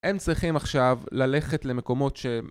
הם צריכים עכשיו ללכת למקומות של